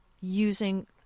using